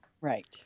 Right